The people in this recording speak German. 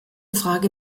frage